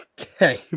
Okay